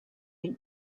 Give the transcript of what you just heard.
and